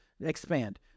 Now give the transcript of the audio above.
expand